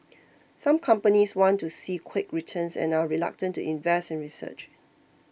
some companies want to see quick returns and are reluctant to invest in research